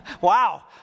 Wow